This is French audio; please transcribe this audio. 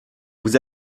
vous